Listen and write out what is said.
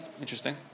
interesting